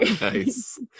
nice